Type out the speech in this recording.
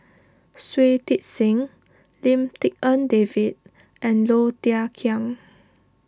Shui Tit Sing Lim Tik En David and Low Thia Khiang